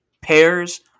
Pears